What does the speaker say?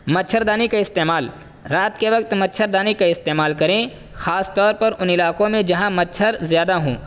مچھردانی کا استعمال رات کے وقت مچھردانی کا استعمال کریں خاص طوپر ان علاقوں میں جہاں مچھر زیادہ ہوں